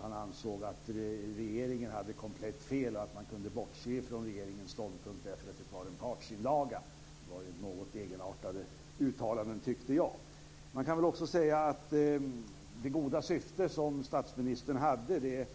Han ansåg t.o.m. att regeringen hade komplett fel och att man kunde bortse från regeringens ståndpunkt därför att det var en partsinlaga. Det var något egenartade uttalanden, tycker jag. Man kan också säga att det goda syfte som statsministern hade